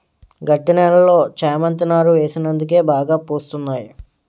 గట్టి నేలలో చేమంతి నారు వేసినందుకే బాగా పూస్తున్నాయి